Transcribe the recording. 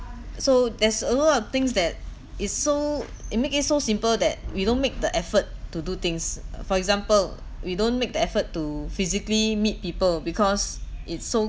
so there's a lot of things that is so it make it so simple that we don't make the effort to do things uh for example we don't make the effort to physically meet people because it's so